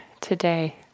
today